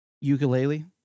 ukulele